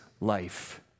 life